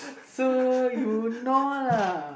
so you know lah